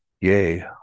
Yea